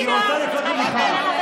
היא רוצה לפנות למיכל.